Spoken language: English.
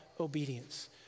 Obedience